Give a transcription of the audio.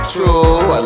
True